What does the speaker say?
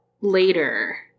later